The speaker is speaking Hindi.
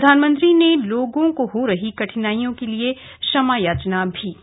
प्रधानमंत्री ने लोगों को हो रही कठिनाइयों के लिए क्षमायाचना भी की